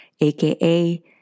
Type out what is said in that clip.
AKA